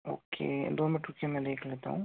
जी दो मिनट रुकिए मैं देख लेता हूँ